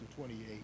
28